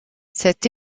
cette